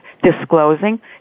Disclosing